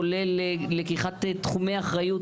כולל לקיחת תחומי אחריות,